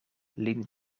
lin